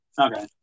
Okay